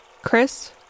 Chris